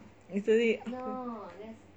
literally